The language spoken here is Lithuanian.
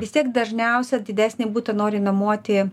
vis tiek dažniausia didesnį butą nori nuomoti